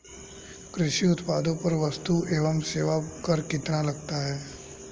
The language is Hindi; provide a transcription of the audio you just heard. कृषि उत्पादों पर वस्तु एवं सेवा कर कितना लगता है?